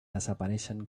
desapareixen